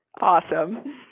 Awesome